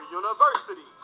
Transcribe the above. university